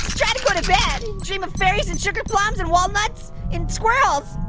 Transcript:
try to go to bed. dream of fairies and sugarplums and walnuts and squirrels.